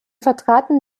vertraten